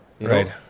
Right